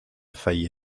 failli